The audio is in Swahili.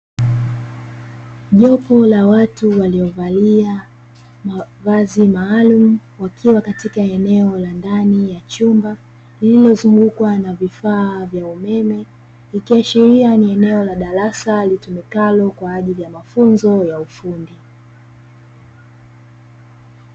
Jopo la watu waliovalia mavazi maalumu, wakiwa katika eneo la ndani ya chumba; lililozungukwa na vifaa vya umeme, ikiashiria ni eneo la darasa litumikalo kwa ajili ya mafunzo ya ufundi.